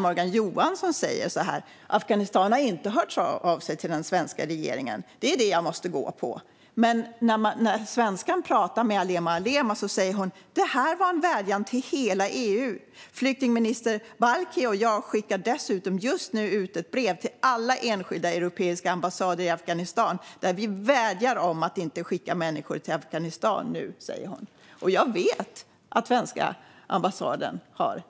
Morgan Johansson säger där att Afghanistan inte har hört av sig till den svenska regeringen. "Det är det jag måste gå på." Då säger Alema Alema: "Det var en vädjan till hela EU. Flyktingminister Balkhi och jag skickar dessutom just nu ett brev till alla enskilda europeiska ambassader i Afghanistan där vi vädjar om att inte skicka människor till Afghanistan nu." Jag vet att svenska ambassaden har